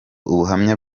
ubuhamya